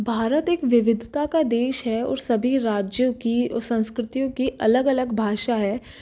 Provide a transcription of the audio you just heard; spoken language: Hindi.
भारत एक विविधता का देश है और सभी राज्यों की संस्कृतियो की अलग अलग भाषा है